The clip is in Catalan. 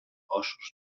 ossos